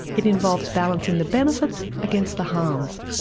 it involves balancing the benefits against the harms.